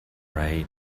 right